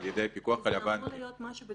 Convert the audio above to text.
אלא על שימוש במסמכי